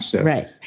Right